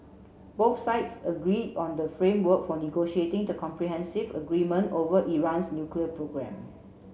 both sides agree on the framework for negotiating the comprehensive agreement over Iran's nuclear programme